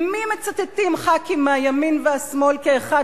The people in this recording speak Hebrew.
ממי מצטטים חברי כנסת מהימין והשמאל כאחד